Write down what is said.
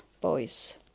boys